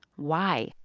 why?